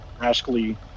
rascally